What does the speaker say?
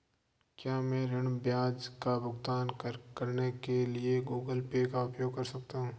क्या मैं ऋण ब्याज का भुगतान करने के लिए गूगल पे उपयोग कर सकता हूं?